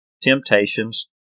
temptations